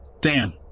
Dan